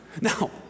Now